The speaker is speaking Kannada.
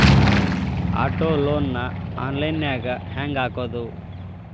ಆಟೊ ಲೊನ್ ನ ಆನ್ಲೈನ್ ನ್ಯಾಗ್ ಹೆಂಗ್ ಹಾಕೊದು?